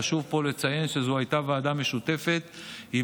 וחשוב לציין פה שזו הייתה ועדה משותפת עם